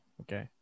okay